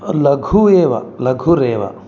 लघुः एव लघुरेव